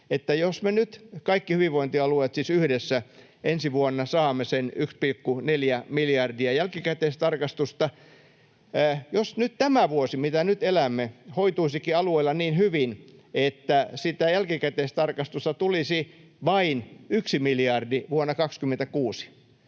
että jos me nyt, siis kaikki hyvinvointialueet yhdessä, ensi vuonna saamme sen 1,4 miljardia jälkikäteistarkistusta ja jos nyt tämä vuosi, mitä nyt elämme, hoituisikin alueilla niin hyvin, että sitä jälkikäteistarkistusta tulisi vain yksi miljardi vuonna 26,